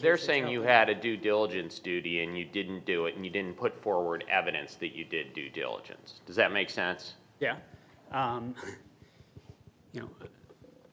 they're saying you had a due diligence duty and you didn't do it and you didn't put forward evidence that you did due diligence does that make sense yeah you know